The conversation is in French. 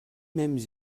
mêmes